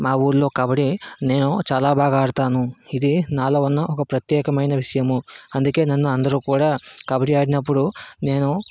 మా ఊర్లో కబడ్డీ నేను చాలా బాగా ఆడతాను ఇది నాలో ఉన్న ఒక ప్రత్యేకమైన విషయము అందుకే నన్ను అందరూ కూడా కబడ్డీ ఆడినప్పుడు నేను